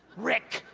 rick!